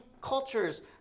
cultures